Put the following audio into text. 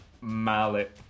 mallet